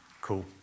Cool